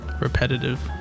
repetitive